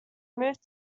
moved